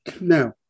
Now